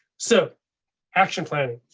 so action planning.